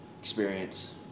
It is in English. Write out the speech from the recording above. experience